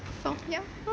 sophia